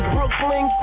Brooklyn